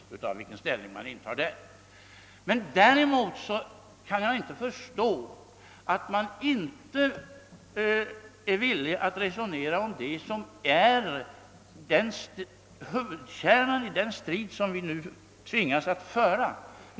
Däremot kan jag inte förstå att man inte vill observera vad det är vi skall diskutera — att man inte är villig att resonera om det som är kärnan i den strid som vi nu tvingas föra.